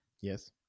Yes